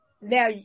now